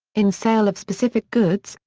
in sale of specific goods,